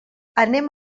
anem